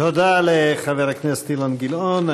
תודה לחבר הכנסת אילן גילאון.